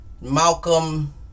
Malcolm